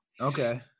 Okay